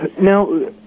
Now